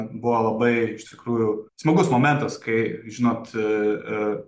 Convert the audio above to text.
buvo labai iš tikrųjų smagus momentas kai žinot